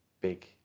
big